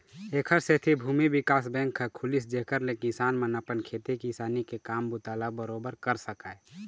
ऐखर सेती भूमि बिकास बेंक ह खुलिस जेखर ले किसान मन अपन खेती किसानी के काम बूता ल बरोबर कर सकय